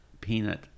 peanut